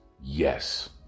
yes